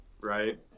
right